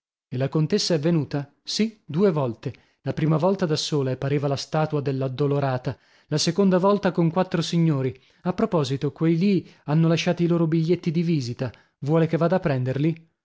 e la contessa è venuta sì due volte la prima volta da sola e pareva la statua dell'addolorata la seconda volta con quattro signori a proposito quei lì hanno lasciati i loro biglietti di visita vuole che vada a prenderli